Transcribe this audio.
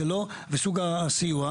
וזה לא, וסוג הסיוע.